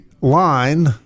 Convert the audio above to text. line